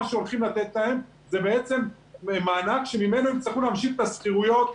מה שהולכים לתת להם זה בעצם מענק שממנו הם יצטרכו להמשיך את השכירויות,